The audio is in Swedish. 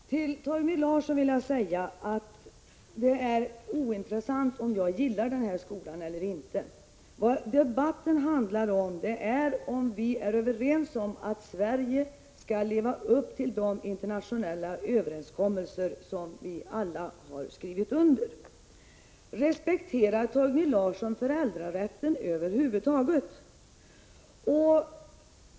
Herr talman! Till Torgny Larsson vill jag säga att det är ointressant om jag gillar den här skolan eller inte. Vad debatten handlar om är om vi är överens om att Sverige skall leva upp till de internationella överenskommelser som vi har skrivit under. Respekterar Torgny Larsson över huvud taget föräldrarätten?